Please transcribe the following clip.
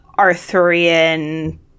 Arthurian